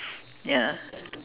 ya